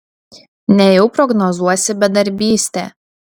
nejau prognozuosi bedarbystę